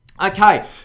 Okay